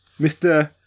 Mr